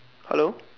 hello